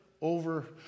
over